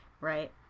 right